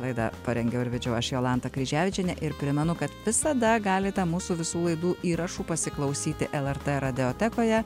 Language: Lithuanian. laidą parengiau ir vedžiau aš jolanta kryževičienė ir primenu kad visada galite mūsų visų laidų įrašų pasiklausyti lrt radiotekoje